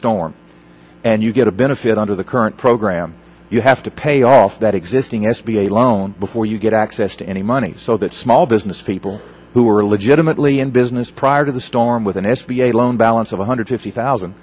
storm and you get a benefit under the current program you have to pay off that existing s b a loan before you get access to any money so that small business people who are legitimately in business prior to the storm with an s b a loan balance of one hundred fifty thousand